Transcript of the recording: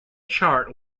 chart